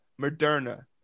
Moderna